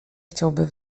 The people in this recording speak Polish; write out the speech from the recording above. chciałby